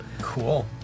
Cool